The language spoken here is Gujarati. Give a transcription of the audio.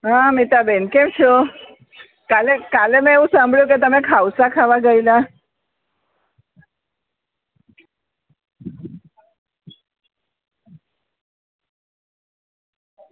હા મિતાબેન કેમ છો કાલે કાલે મેં એવું સાંભળ્યું કે તમે ખાવસા ખાવા ગયેલા